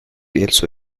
also